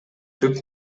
түп